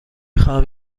خواهم